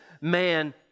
man